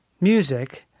music